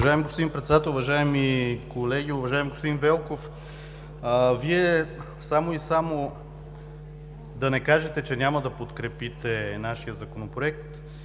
Уважаеми господин Председател, уважаеми колеги! Уважаеми господин Велков, само и само да не кажете, че няма да подкрепите нашия Законопроект,